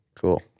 Cool